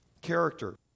character